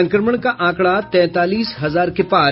संक्रमण का आंकड़ा तैंतालीस हजार के पार